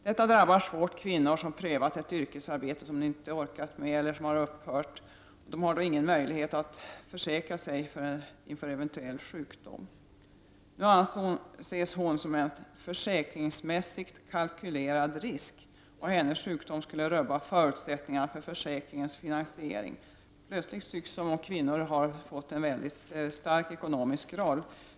Detta drabbar hårt kvinnor som prövat ett yrkesarbete som de inte orkat med eller som har upphört. De har då ingen möjlighet att försäkra sig inför eventuell sjukdom. Nu anses hon som en försäkringsm t kalkylerad risk, och hennes sjukdom skulle rubba förutsättningarna för försäkringens finansiering. Plötsligt tycks det som om kvinnor fått en mycket stark ekonomisk roll.